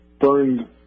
burned